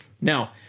Now